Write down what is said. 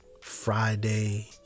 friday